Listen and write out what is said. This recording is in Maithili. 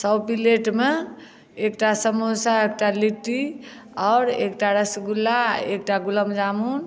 सए प्लेट मे एकटा समोसा एकटा लिट्टी आओर एकटा रसगुल्ला आ एकटा गुलाबजामुन